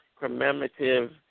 commemorative